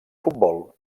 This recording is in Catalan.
futbol